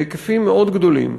בהיקפים מאוד גדולים,